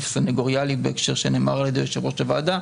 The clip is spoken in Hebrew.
וסניגוריאלית בהקשר שנאמר על ידי יושב ראש הוועדה.